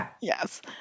Yes